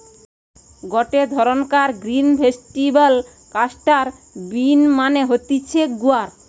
গটে ধরণকার green vegetable cluster bean মানে হতিছে গুয়ার